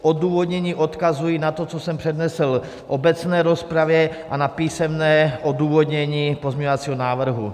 Odůvodnění odkazuji na to, co jsem přednesl v obecné rozpravě, a na písemné odůvodnění pozměňovacího návrhu.